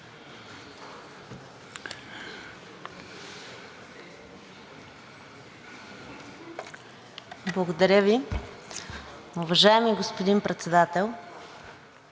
Благодаря Ви. Уважаеми господин Председател,